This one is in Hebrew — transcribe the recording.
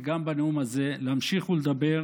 גם בנאום הזה להמשיך לדבר